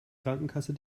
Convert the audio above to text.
krankenkasse